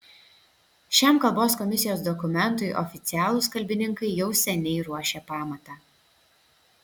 šiam kalbos komisijos dokumentui oficialūs kalbininkai jau seniai ruošė pamatą